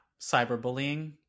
Cyberbullying